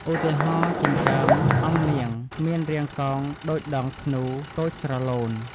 ឧទាហរណ៍ ចិញ្ចើមអង្គនាង មានរាងកោងដូចដងធ្នូ តូចស្រឡូន។